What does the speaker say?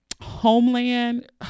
Homeland